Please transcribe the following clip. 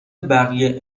بقیه